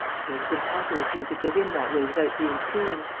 so it is impossible for you to get in that way without being seen.